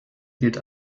gilt